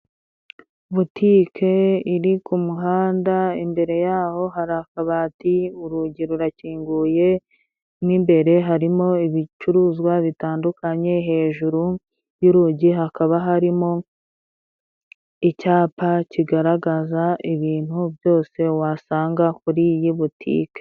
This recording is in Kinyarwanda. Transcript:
Butike iri ku muhanda imbere yaho hari akabati, urugi rurakinguye, mo imbere harimo ibicuruzwa bitandukanye, hejuru y'urugi hakaba harimo icyapa kigaragaza ibintu byose wasanga kuri iyi butike.